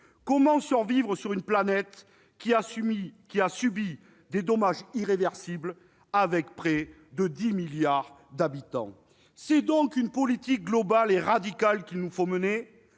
comment survivre sur une planète qui a subi des dommages irréversibles, avec près de 10 milliards d'habitants ? C'est donc une politique globale et radicale qu'il nous faut mener.